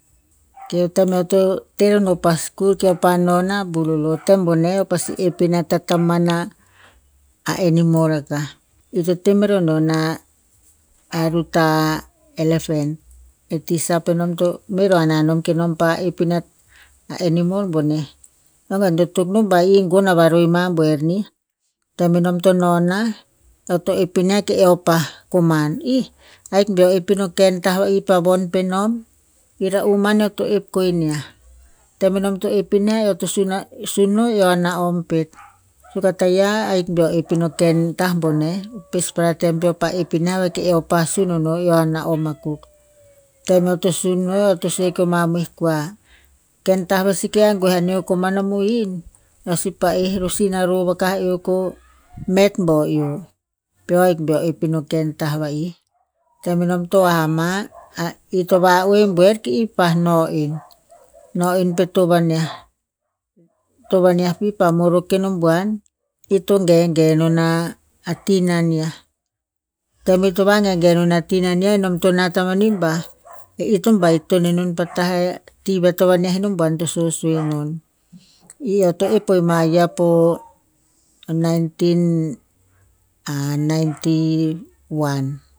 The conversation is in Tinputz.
Keo tem eo to teh ro no pa skul keo pa nonah bulolo tem boneh eo pasi epina tatamana a animal raka. I to temerona a rutah elephant, e tisa penom to meh a rah nanom kenom pa epina a animal boneh. Eo gen to tok no ba i gon ava roe ma buer nih. Tem enom to nonah, eo to epinia keo pa koman, i ahik beo epina tah va'i pa von penom, era'u man eo to ep konia. Tem enom to epinia eo to suno- suno, eo a na'om pet. Suk a taia ahik beo epina ken ta boneh, pespara tem peo pa epinia ve eo pa sun no eo a na'om akuk. Tem eo to sun no, eo to sue keo mamoi kua, ken tah ve seke angue a neo komano mohin, eo si pa'e rosin a rov aka eo ko met bo eo, peo, hik beo epina ken tah vari. Tem enom to ha- ama ir to va'oe buer ki i pa no en, no en po to vanea. To vanea pi pa morok keno buan, to gegeh non a tinanea. Tem ito vagegeh non a tinanea nom to nat amani ba, e i to baiton enon pa ta e ti ve to vaneha no buan to sue- sue non, i oe to epo ima po nineteen ninety one.